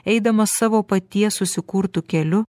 eidamas savo paties susikurtu keliu